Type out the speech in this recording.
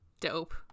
Dope